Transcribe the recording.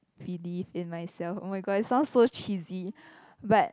believe in myself oh-my-god sound so cheesy but